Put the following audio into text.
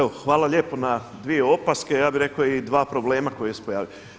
Evo hvala lijepo na dvije opaske, ja bih rekao i dva problema koji se pojavio.